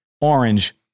Orange